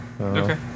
Okay